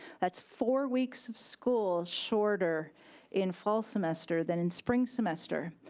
that's four weeks of school shorter in fall semester than in spring semester,